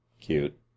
Cute